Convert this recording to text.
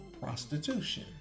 prostitution